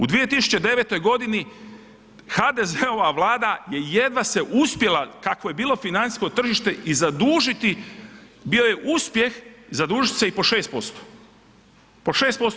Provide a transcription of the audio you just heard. U 2009. godini HDZ-ova vlada je jedva se uspjela kakvo je bilo financijsko tržište i zadužiti, bio je uspjeh zadužiti se i po 6%, po 6%